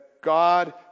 God